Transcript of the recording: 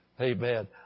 Amen